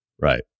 Right